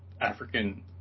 African